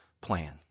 plan